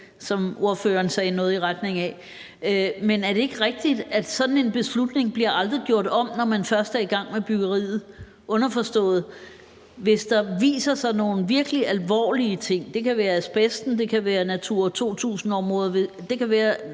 som ordføreren sagde noget i retning af. Men er det ikke rigtigt, at sådan en beslutning aldrig bliver gjort om, når man først er i gang med byggeriet? Heri er underforstået, at hvis der viser sig nogle virkelig alvorlige ting – det kan være asbest, det kan være Natura 2000-områder, det kan